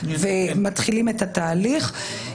מתחילים את התהליך.